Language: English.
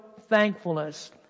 thankfulness